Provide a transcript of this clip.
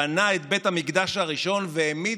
בנה את בית המקדש הראשון והעמיד